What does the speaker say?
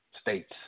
States